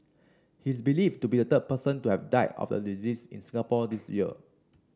he is believed to be the third person to have died of the disease in Singapore this year